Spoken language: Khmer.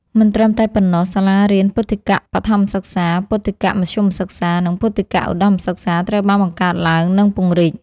មិនត្រឹមតែប៉ុណ្ណោះ សាលារៀនពុទ្ធិកបឋមសិក្សា ពុទ្ធិកមធ្យមសិក្សា និងពុទ្ធិកឧត្តមសិក្សាត្រូវបានបង្កើតឡើង និងពង្រីក។